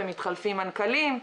ומתחלפים מנכ"לים,